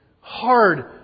Hard